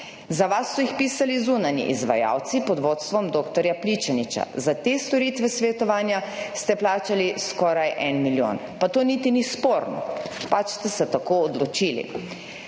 Za vas so jih pisali zunanji izvajalci pod vodstvom dr. Pličaniča, za te storitve svetovanja ste plačali skoraj 1 milijon, pa to niti ni sporno, pač ste se tako odločili.